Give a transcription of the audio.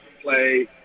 play